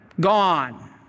gone